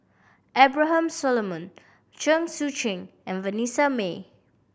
Abraham Solomon Chen Sucheng and Vanessa Mae